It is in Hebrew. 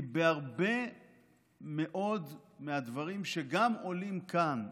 כי בהרבה מאוד מהדברים שגם עולים כאן,